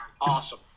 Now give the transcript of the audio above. awesome